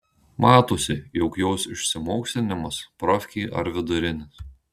matosi jog jos išsimokslinimas profkė ar vidurinis